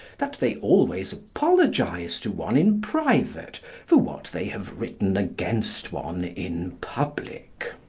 that they always apologise to one in private for what they have written against one in public.